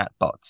chatbots